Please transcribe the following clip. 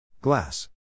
Glass